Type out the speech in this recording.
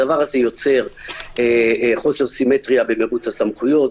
הדבר הזה יוצר חוסר סימטריה במרוץ הסמכויות.